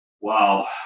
Wow